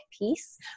piece